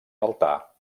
altar